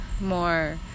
more